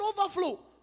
overflow